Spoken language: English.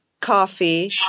coffee